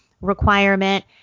requirement